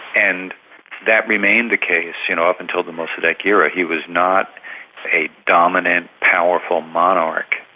and that remained the case you know up until the mossadeq era, he was not a dominant powerful monarch.